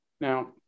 Now